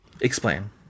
Explain